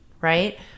right